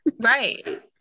right